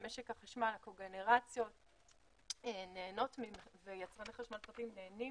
רואים שמשק החשמל וקוגנרציות ויצרני חשמל פרטיים נהנים